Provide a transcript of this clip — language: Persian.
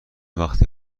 وقتی